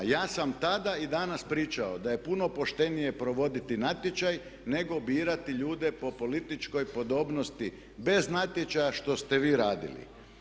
Ja sam tada i danas pričao da je puno poštenije provoditi natječaj, nego birati ljude po političkoj podobnosti bez natječaja što ste vi radili.